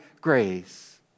grace